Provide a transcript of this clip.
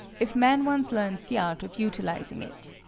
if man once learns the art of utilizing it.